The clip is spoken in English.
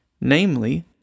namely